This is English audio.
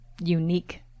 unique